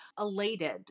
elated